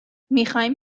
میخواییم